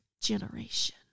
Generation